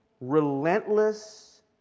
relentless